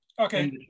Okay